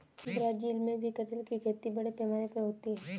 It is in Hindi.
ब्राज़ील में भी कटहल की खेती बड़े पैमाने पर होती है